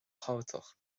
thábhachtach